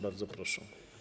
Bardzo proszę.